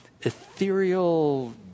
ethereal